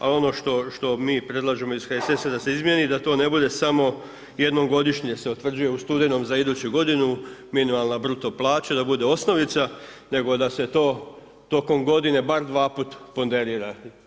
A ono što mi predlažemo iz HSS-a da se izmijeni da to ne bude samo jednom godišnje se utvrđuje u studenom za iduću godinu minimalna bruto plaća, da bude osnovica nego da se to tokom godine bar dva puta ponderira.